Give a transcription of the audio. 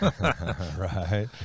Right